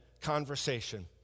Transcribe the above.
conversation